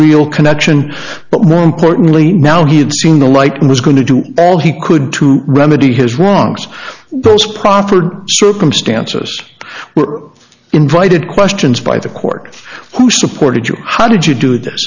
real connection but more importantly now he had seen the light and was going to do all he could to remedy his wrongs those proffered circumstances were invited questions by the court who supported you how did you do